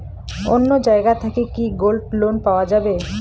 অন্য জায়গা থাকি কি গোল্ড লোন পাওয়া যাবে?